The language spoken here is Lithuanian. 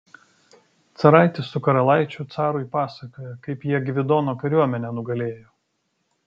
caraitis su karalaičiu carui pasakoja kaip jie gvidono kariuomenę nugalėjo